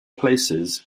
places